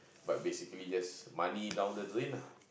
but basically just money down the drain lah